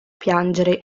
piangere